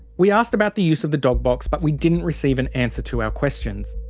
we asked about the use of the dog box but we didn't receive an answer to our questions.